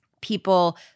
People